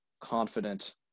confident